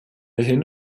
hin